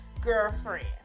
girlfriend